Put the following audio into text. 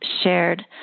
shared